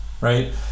right